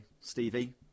Stevie